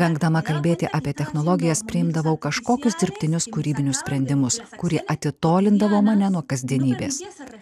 vengdama kalbėti apie technologijas priimdavau kažkokius dirbtinius kūrybinius sprendimus kurie atitolindavo mane nuo kasdienybės